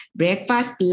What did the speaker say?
breakfast